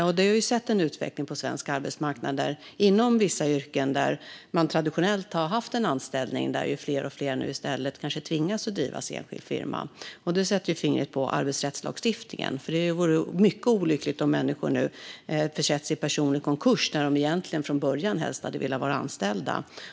Vi har sett en utveckling på svensk arbetsmarknad att fler och fler inom vissa yrken där man traditionellt har haft en anställning nu tvingas att ha en egen firma. Detta sätter fingret på arbetsrättslagstiftningen. Det vore mycket olyckligt om människor nu försätts i personlig konkurs när de egentligen från början helst hade velat vara anställda.